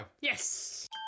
Yes